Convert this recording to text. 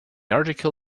article